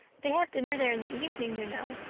they have dinner there in the evening, you know.